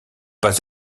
pas